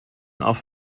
auf